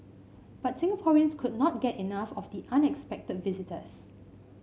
but Singaporeans could not get enough of the unexpected visitors